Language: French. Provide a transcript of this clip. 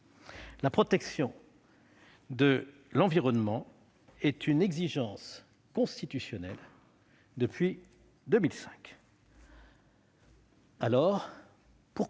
la protection de l'environnement est une exigence constitutionnelle depuis 2005. Aussi, pourquoi